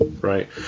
Right